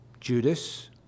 Judas